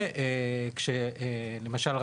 למשל,